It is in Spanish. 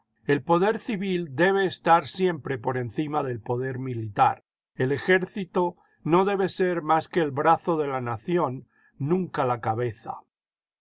el poder civil debe estar siempre por encima del poder militar el ejército no debe ser más que el brazo de la nación nunca la cabeza